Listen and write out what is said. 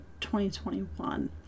2021